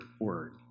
word